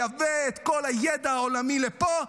לייבא את כל הידע העולמי לפה,